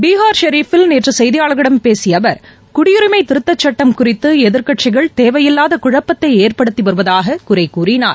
பீஹார் ஷெரீஃப்பில் நேற்று செய்தியாளர்களிடம் பேசிய அவர் குடியுரிமை திருத்தச்சுட்டம் குறித்து எதிர்க்கட்சிகள் தேவையில்லாத குழப்பத்தை ஏற்படுத்தி வருவதாக குறை கூறிணார்